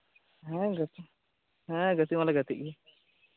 ᱦᱮᱸ ᱦᱮᱸ ᱜᱟᱛᱮ ᱢᱟᱞᱮ ᱜᱟᱛᱮᱜ ᱜᱮ